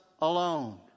alone